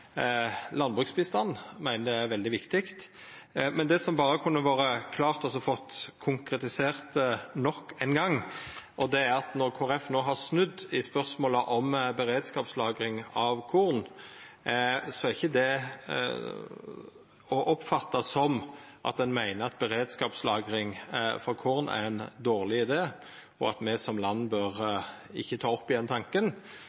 og meiner det er veldig viktig. Det som det kunne vore greitt å få konkretisert nok ein gong, når Kristeleg Folkeparti no har snudd i spørsmålet om beredskapslagring for korn, er: Det er ikkje å oppfatta slik at ein meiner at beredskapslager for korn er ein dårleg idé, og at me som land ikkje bør ta opp att tanken?